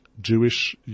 Jewish